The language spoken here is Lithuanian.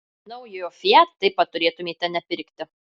naujojo fiat taip pat turėtumėte nepirkti